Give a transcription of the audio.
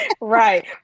Right